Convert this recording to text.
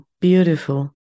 Beautiful